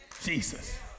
Jesus